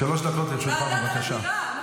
שלוש דקות לרשותך, בבקשה.